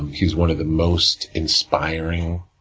he's one of the most inspiring,